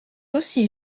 aussi